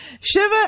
Shiva